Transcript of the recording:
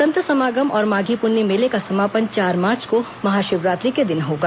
संत समागम और माघी पुन्नी मेले का समापन चार मार्च को महाशिवरात्रि के दिन होगा